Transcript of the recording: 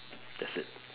that's it